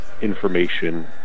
information